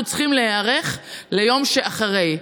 אנחנו צריכים להיערך ליום שאחרי.